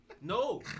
No